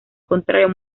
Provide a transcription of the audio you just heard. contrario